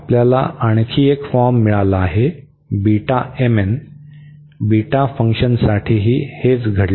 आपल्याला आणखी एक फॉर्म मिळाला आहे बीटा फंक्शनसाठीही हेच घडले